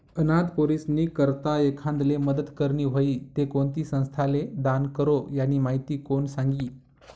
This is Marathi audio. अनाथ पोरीस्नी करता एखांदाले मदत करनी व्हयी ते कोणती संस्थाले दान करो, यानी माहिती कोण सांगी